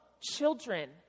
children